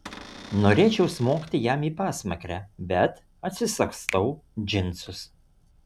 norėčiau smogti jam į pasmakrę bet atsisagstau džinsus